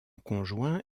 conjoint